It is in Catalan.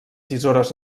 tisores